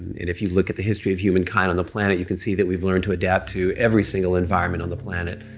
if you look at the history of humankind on the planet you can see that we've learned to adapt to every single environment on the planet.